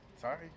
sorry